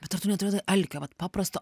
bet ar tu neturėdavai alkio vat paprasto